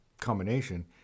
combination